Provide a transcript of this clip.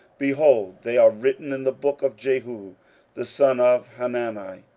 behold, they are written in the book of jehu the son of hanani,